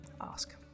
ask